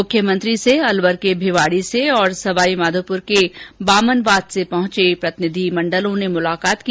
मुख्यमंत्री से अलवर के भिवाडी से तथा सवाई माधोपुर के बामनवास से आए प्रतिनिधिमंडलों ने मुलाकात की